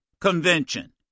convention